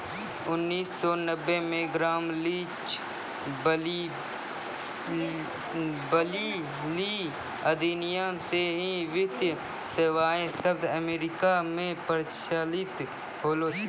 उन्नीस सौ नब्बे मे ग्राम लीच ब्लीली अधिनियम से ही वित्तीय सेबाएँ शब्द अमेरिका मे प्रचलित होलो छलै